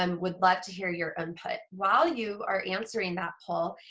um would love to hear your input. while you are answering that poll,